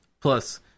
Plus